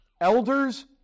Elders